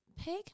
pig